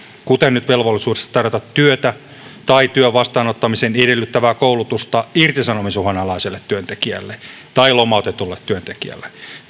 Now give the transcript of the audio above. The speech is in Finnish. kuten nyt velvollisuudesta tarjota työtä tai työn vastaanottamisen edellyttävää koulutusta irtisanomisuhan alaiselle työntekijälle tai lomautetulle työntekijälle